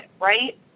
right